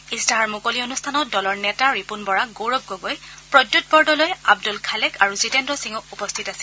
ইস্তাহাৰ মুকলি অনুষ্ঠানত দলৰ নেতা ৰিপূণ বৰা গৌৰৱ গগৈ প্ৰদ্যুত বৰদলৈ আব্দুল খালেক আৰু জিতেদ্ৰ সিঙো উপস্থিত আছিল